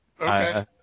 Okay